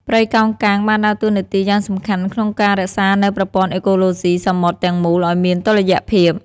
ព្រៃកោងកាងបានដើរតួនាទីយ៉ាងសំខាន់ក្នុងការរក្សានូវប្រព័ន្ធអេកូឡូស៊ីសមុទ្រទាំងមូលឲ្យមានតុល្យភាព។